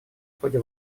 ходе